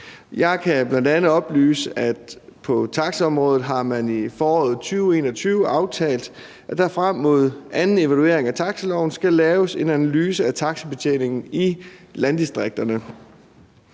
Jeg kan bl.a. oplyse, at på taxaområdet har man i foråret 2021 aftalt, at der frem mod anden evaluering af taxiloven skal laves en analyse af taxabetjeningen i landdistrikterne.